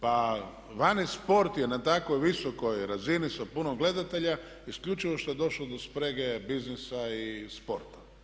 Pa vani sport je na tako visokoj razini sa puno gledatelja isključivo što je došlo do sprege biznisa i sporta.